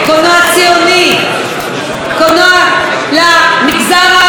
קולנוע למגזר הערבי ולמגזר החרדי,